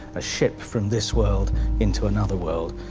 a ship from this world into another world,